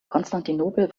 konstantinopel